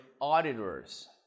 auditors